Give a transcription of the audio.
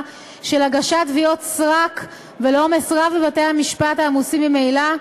של הגשת תביעות סרק ולעומס רב בבתי-המשפט העמוסים ממילא,